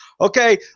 Okay